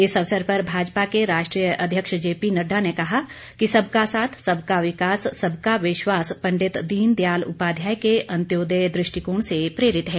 इस अवसर पर भाजपा के राष्ट्रीय अध्यक्ष जेपी नड्डा ने कहा कि सबका साथ सबका विकास सबका विश्वास पंडित दीनदयाल उपाध्याय के अंत्योदय दृष्टिकोण से प्रेरित है